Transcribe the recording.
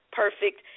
perfect